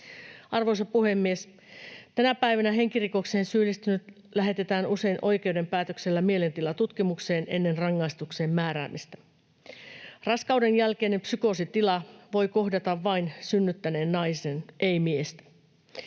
Arvoisa puhemies! Tänä päivänä henkirikokseen syyllistynyt lähetetään usein oikeuden päätöksellä mielentilatutkimukseen ennen rangaistuksen määräämistä. Raskauden jälkeinen psykoositila voi kohdata vain synnyttäneen naisen, ei miestä.